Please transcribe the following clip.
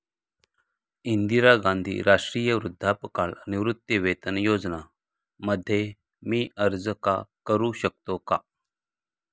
इंदिरा गांधी राष्ट्रीय वृद्धापकाळ निवृत्तीवेतन योजना मध्ये मी अर्ज का करू शकतो का?